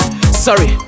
Sorry